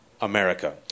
America